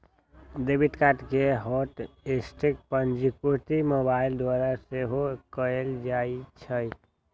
debit card के hot list पंजीकृत mobile द्वारा सेहो कएल जाइ छै